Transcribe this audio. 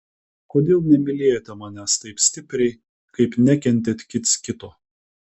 kodėl nemylėjote manęs taip stipriai kaip nekentėt kits kito